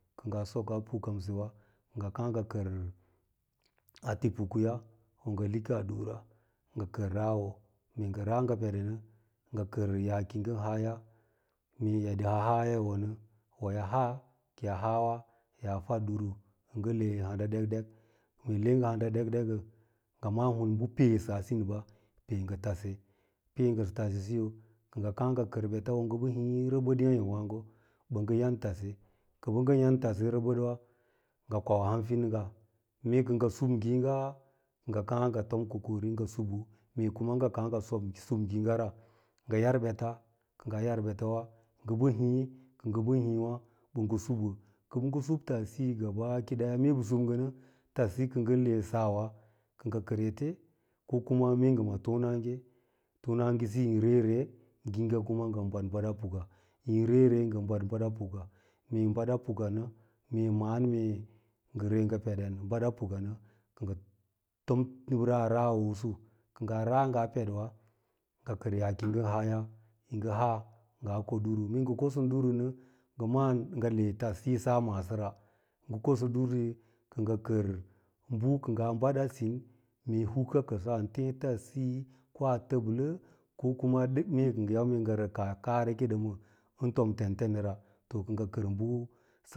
Kɚ ngaa sokaa pukamsewa, ngɚ kàà ngɚ kɚr ate pukuya ko ngɚ likaa diwa number two kɚr rawo, mee ra ngɚ peɗe nɚ, ngɚ kɚr yaa ki yi ngɚ haa ya, mee eɗ am haa hanya yi wonɚ, wo yi baa, ki yaa haawa wo ya fad ɗuru ɚ ngɚ le handa dekdek, mee le ngɚ handa ɗekɗek, mee le ngɚ handa ɗekɗek, ngɚ malahun bɚ peesa sinba pee ngɚ tase, pee ngɚsɚ tase siyo ngɚ kàà ngɚ kɚr ɓeta woo ngɚ hii rebod yanye wààgo ɓɚ ngɚ yan tase kɚ ɓɚ ngon yan tassiya rɚbɚdwa ngɚ kwanwa hamfidingga mee kɚ ngɚ sub ngiiga, nga kàà ngɚ tom kokari ngɚ subu, mee ngɚ hoo ngɚ kààêa ngɚ sub ngiiga ra, kɚ ngɚ yar beta, kɚ naa yar ɓetawa ngɚ ɓɚ hii, kɚ ngɚ ɓɚn hiiwi bɚ ngɚ subu, kɚ bɚ ngɚn sub tassiyi gabaki ɗyaw me ɓɚ sûɓ ngɚ nɚ tassiyi kɚ bɚ ngɚn le sawa kɚ kɚr etc, ko kuma me ngɚ ma tonage, tonnage biyin yin reen-ree nguga kuma ngɚn baɗ-baɗ a puka, yin reen-ree, ngɚn baɗ-baɗ puka, mee bada puka nɚ, mee maan mee ngɚ ree ngɚ peɗen baɗa puka nɚ, kɚ ngɚ tom dura a ra’awo’usu, kɚ ngaa rala ngaa peɗiwa ngɚ kɚr yaa kiyi ngɚn haaya, yi ngɚ ma ngaa ko ɗuru, mee ngɚ durunɚ, ngɚ ma’an ngɚ le tassiyi sa maalora, ngɚ kosɚ ɗursiyo kɚ ngɚ kɚr bɚ kɚ ngaa baɗa sin, mee huka kɚsaa ɚn tee tassiyi ko a tɚblɚ ko kua mee ngɚ yau mee ngɚ rɚk kaareke ɗɚmɚ ɚn tom tentenara to kɚ ngɚ kɚr bu